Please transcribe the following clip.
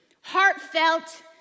heartfelt